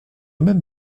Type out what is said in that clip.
même